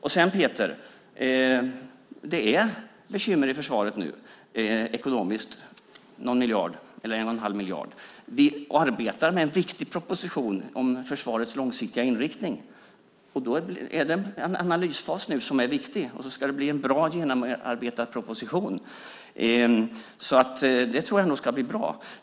Det finns ekonomiska bekymmer i försvaret nu, Peter Jonsson. Det handlar om 1 1⁄2 miljard. Vi arbetar med en viktig proposition om försvarets långsiktiga inriktning. Det är en analysfas nu som är viktig, och sedan ska det bli en bra och genomarbetad proposition. Jag tror nog att det här ska bli bra.